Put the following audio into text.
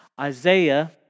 Isaiah